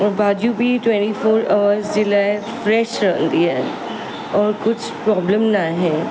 ऐं भाॼियूं बि ट्वेंटी फोर अवर्स जे लाइ फ्रेश रहंदी आहे और कुझु प्रॉब्लम न आहे